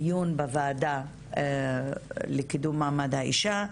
דיון בוועדה לקידום מעמד האישה,